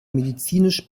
medizinisch